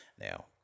Now